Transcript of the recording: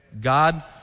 God